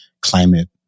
climate